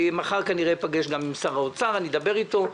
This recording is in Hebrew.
מחר כנראה אפגש גם עם שר האוצר ואדבר איתו.